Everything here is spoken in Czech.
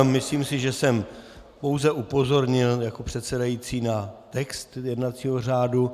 Myslím si, že jsem pouze upozornil jako předsedající na text jednacího řádu.